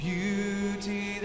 Beauty